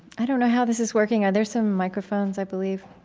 i don't know how this is working. are there some microphones, i believe?